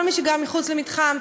כל מי שגר מחוץ למתחם,